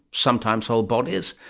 sometimes whole bodies,